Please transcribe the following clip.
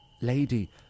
lady